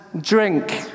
drink